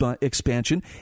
expansion